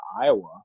Iowa